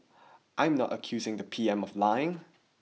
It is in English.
I am not accusing the P M of lying